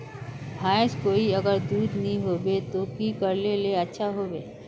भैंस कोई अगर दूध नि होबे तो की करले ले अच्छा होवे?